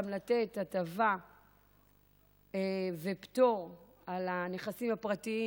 גם לתת הטבה ופטור על הנכסים הפרטיים,